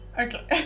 Okay